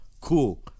cool